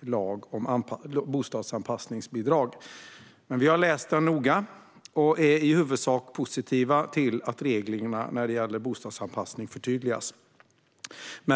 lag om bostadsanpassningsbidrag. Vi har läst den noga och är i huvudsak positiva till att reglerna när det gäller bostadsanpassning förtydligas.